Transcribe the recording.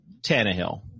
Tannehill